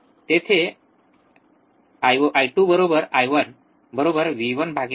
येथे ते I2 I1 V1 R1 असेल